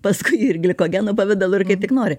paskui ir glikogeno pavidalu ir kaip tik nori